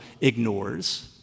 ignores